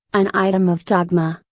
an item of dogma,